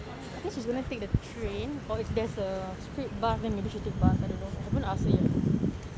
I think she's gonna take the train or if there's a split bus then maybe she will take bus I haven't ask her yet